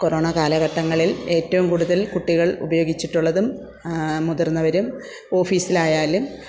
corona കാലഘട്ടങ്ങളിൽ ഏറ്റവും കൂടുതൽ കുട്ടികൾ ഉപയോഗിച്ചിട്ടുള്ളതും മുതിർന്നവരും ഓഫീസിലായാലും